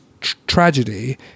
tragedy